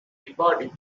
anybody